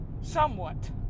Somewhat